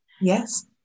Yes